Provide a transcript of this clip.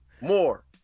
More